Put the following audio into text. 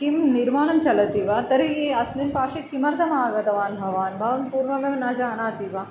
किं निर्माणं चलति वा तर्हि अस्मिन् पार्श्वे किमर्तमागतवान् भवान् भवान् पूर्वमेव न जानाति वा